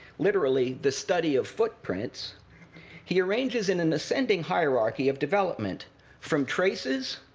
literally, the study of foot prints he arranges in an ascending hierarchy of development from traces,